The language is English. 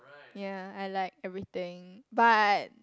ya I like everything but